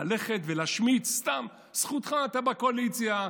ללכת ולהשמיץ סתם, זכותך, אתה בקואליציה.